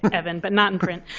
evan, but not in print